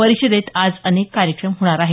परिषदेत आज अनेक कार्यक्रम होणार आहेत